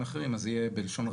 'תקן כשרות,